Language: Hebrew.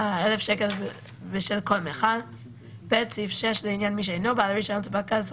1,000 בשל כל מכל סעיף 6 לעניין מי שאינו בעל רישיון ספק גז,